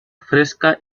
fresca